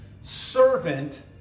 servant